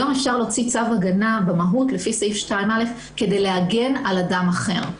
היום אפשר להוציא צו הגנה במהות לפי סעיף 2א' כדי להגן על אדם אחר.